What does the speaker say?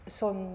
son